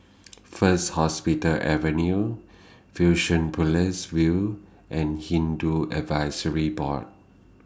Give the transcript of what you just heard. First Hospital Avenue View and Hindu Advisory Board